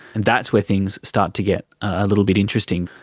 and that's where things start to get a little bit interesting.